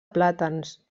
plàtans